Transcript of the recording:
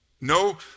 No